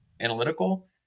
analytical